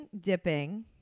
dipping